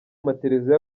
mateleviziyo